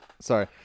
Sorry